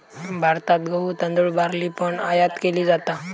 भारतात गहु, तांदुळ, बार्ली पण आयात केली जाता